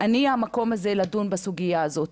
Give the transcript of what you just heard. אני אהיה המקום שבו ידונו בסוגייה הזאת.